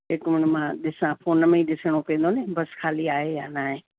हिकु मिंट मां ॾिसा फ़ोन में ई ॾिसणो पवंदो न बस ख़ाली आहे या न आहे